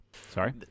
Sorry